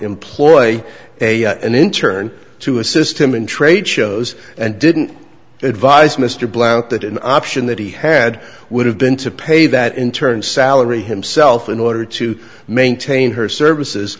employ a an intern to assist him in trade shows and didn't advise mr blount that an option that he had would have been to pay that in turn salary himself in order to maintain her services